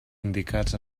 indicats